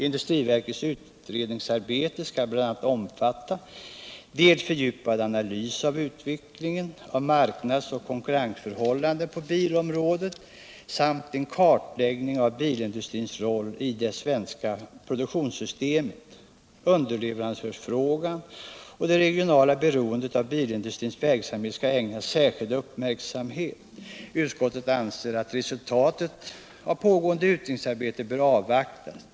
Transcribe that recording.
Industriverkets utredningsarbete skall bl.a. omfatta dels fördjupad analys av utvecklingen av marknadsoch konkurrensförhållanden på bilområdet, dels en kartläggning av bilindustrins roll i det svenska produktionssystemet. Underleverantörsfrågan och det regionala beroendet av bilindustrins verksamhet skall ägnas särskild uppmärksamhet. Utskottet anser att resultatet av pågående utredningsarbete bör avvaktas.